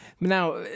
now